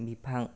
बिफां